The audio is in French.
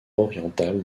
orientale